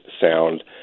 sound